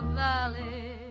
valley